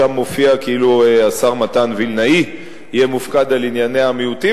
ששם מופיע כאילו השר מתן וילנאי יהיה מופקד על ענייני המיעוטים,